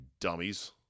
dummies